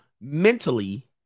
Mentally